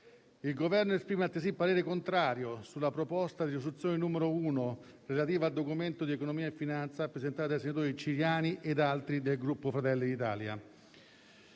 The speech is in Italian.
Il Governo esprime, invece, parere contrario sulla proposta di soluzione n. 1, relativa al Documento di economia e finanza, presentata dal senatore Ciriani e da altri senatori del Gruppo Fratelli d'Italia.